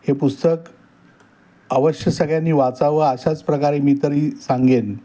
हे पुस्तक अवश्य सगळ्यांनी वाचावं अशाच प्रकारे मी तरी सांगेन